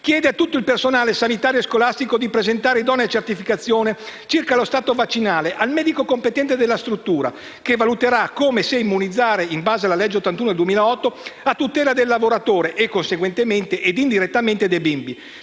chiede a tutto il personale sanitario e scolastico di presentare idonea certificazione circa lo stato vaccinale al medico competente della struttura, che valuterà come e se immunizzare in base alla legge n. 81 del 2008 a tutela del lavoratore e conseguentemente e indirettamente dei bimbi.